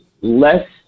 less